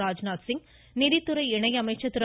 ராஜ்நாத் சிங் நிதித்துறை இணை அமைச்சர் திரு